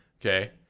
Okay